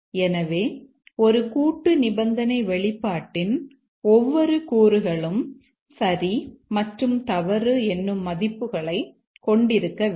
எனவே ஒரு கூட்டு நிபந்தனை வெளிப்பாட்டின் ஒவ்வொரு கூறுகளும் சரி மற்றும் தவறு என்னும் மதிப்புகளை கொண்டிருக்க வேண்டும்